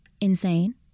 Insane